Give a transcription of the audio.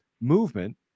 movement